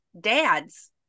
dads